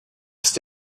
ist